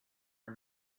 and